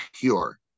Pure